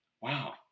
Wow